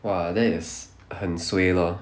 !wah! that is 很 suay lor